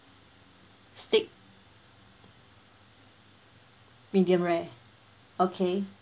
steak medium rare okay